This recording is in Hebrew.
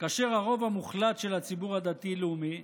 כאשר הרוב המוחלט של הציבור הדתי-לאומי,